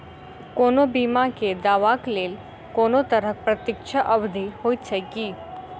कोनो बीमा केँ दावाक लेल कोनों तरहक प्रतीक्षा अवधि होइत छैक की?